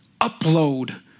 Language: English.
upload